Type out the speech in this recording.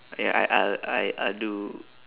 ya I I'll I I'll do